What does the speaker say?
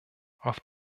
auf